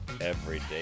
Everyday